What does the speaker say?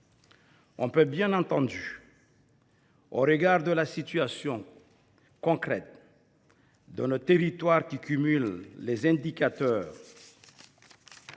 on pourrait estimer, au regard de la situation concrète de nos territoires, qui cumulent les indicateurs